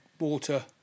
water